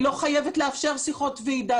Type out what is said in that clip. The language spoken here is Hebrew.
אני לא חייבת לאפשר שיחות ועידה.